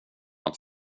att